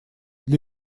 для